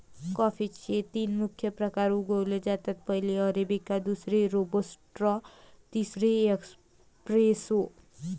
कॉफीचे तीन मुख्य प्रकार उगवले जातात, पहिली अरेबिका, दुसरी रोबस्टा, तिसरी एस्प्रेसो